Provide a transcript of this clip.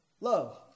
Love